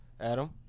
Adam